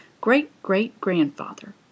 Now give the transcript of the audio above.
great-great-grandfather